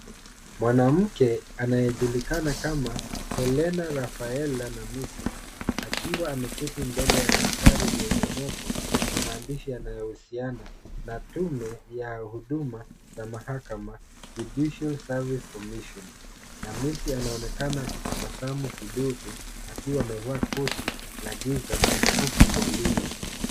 Mwanamke anayejulikana kama Helena Rafaela Namisi akiwa ameketi mbele ya mandhari yenye nembo na maandishi yanayohusiana na tume ya huduma ya mahakama Judicial Services Commission . Namisi anaonekana akitabasamu kidogo akiwa amevaa koti la giza na mkufu wa lulu.